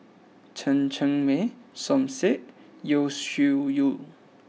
Chen Cheng Mei Som Said and Yeo Shih Yun